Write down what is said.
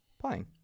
playing